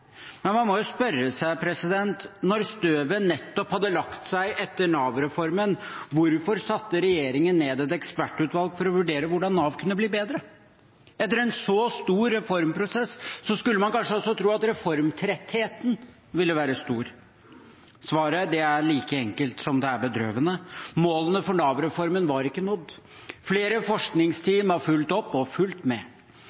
Man må jo spørre seg: Da støvet nettopp hadde lagt seg etter Nav-reformen, hvorfor satte regjeringen ned et ekspertutvalg for å vurdere hvordan Nav kunne bli bedre? Etter en så stor reformprosess skulle man kanskje tro at reformtrettheten ville være stor. Svaret er like enkelt som det er bedrøvende. Målene for Nav-reformen var ikke nådd. Flere